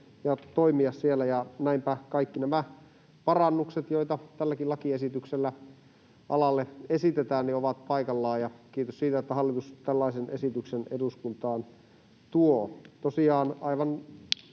ja toimia siellä. Näinpä kaikki nämä parannukset, joita tälläkin lakiesityksellä alalle esitetään, ovat paikallaan, ja kiitos siitä, että hallitus tällaisen esityksen eduskuntaan tuo.